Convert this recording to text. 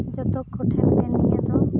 ᱡᱚᱛᱚ ᱠᱚᱴᱷᱮᱱ ᱜᱮ ᱱᱤᱭᱟᱹ ᱫᱚ